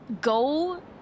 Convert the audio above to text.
go